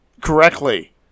correctly